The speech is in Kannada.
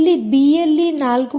ಇಲ್ಲಿ ಬಿಎಲ್ಈ 4